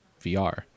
VR